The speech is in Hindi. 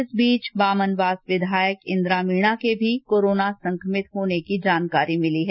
इस बीच बामनवास विधायक इन्द्रा मीणा के भी कोरोना संक्रमित होने की जानकारी मिली है